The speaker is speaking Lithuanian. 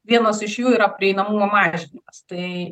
vienas iš jų yra prieinamumo mažinimas tai